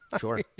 Sure